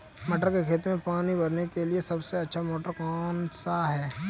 मटर के खेत में पानी भरने के लिए सबसे अच्छा मोटर कौन सा है?